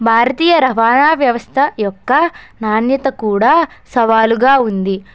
భారతీయ రవాణా వ్యవస్థ యొక్క నాణ్యత కూడా సవాలుగా ఉంది